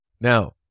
Now